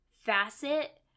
facet